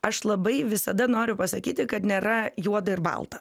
aš labai visada noriu pasakyti kad nėra juoda ir balta